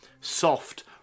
soft